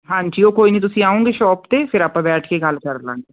ਹਾਂਜੀ ਉਹ ਕੋਈ ਨਹੀਂ ਤੁਸੀਂ ਆਉਗੇ ਸ਼ੋਪ 'ਤੇ ਫਿਰ ਆਪਾਂ ਬੈਠ ਕੇ ਗੱਲ ਕਰ ਲਵਾਂਗੇ